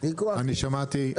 אני שמעתי,